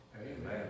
Amen